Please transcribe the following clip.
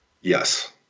Yes